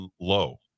low